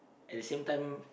at the same time